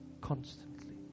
constantly